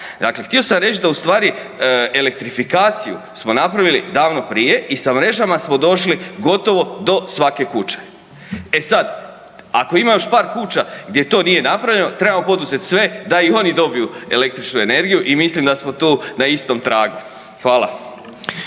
Dakle, htio sam reć da ustvari da elektrifikaciju smo napravili davno prije i sa mrežama smo došli gotovo do svake kuće. E sad, ako ima još par kuća gdje to nije napravljeno trebamo poduzet sve da i oni dobiju električnu energiju i mislim da smo tu na istom tragu. Hvala.